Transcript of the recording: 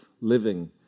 living